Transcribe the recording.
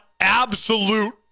absolute